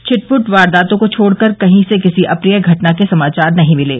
छिटपुट वारदातों को छोड़कर कहीं से किसी अप्रिय घटना के समाचार नहीं मिले